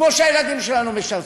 כמו שהילדים שלנו משרתים.